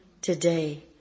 Today